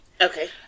Okay